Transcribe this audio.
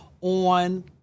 on